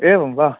एवं वा